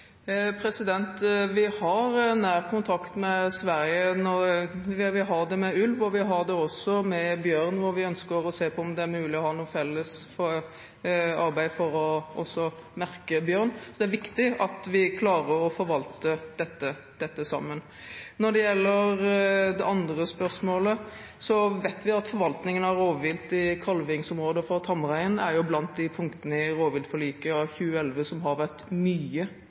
Vi har nær kontakt med Sverige. Vi har det når det gjelder ulv, og vi har det også når det gjelder bjørn, hvor vi ønsker å se på om det er mulig å ha et felles arbeid for å merke bjørn. Det er viktig at vi klarer å forvalte dette sammen. Når det gjelder det andre spørsmålet, vet vi at forvaltningen av rovvilt i kalvingsområder for tamrein er blant de punktene i rovviltforliket fra 2011 som har vært mye